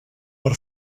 per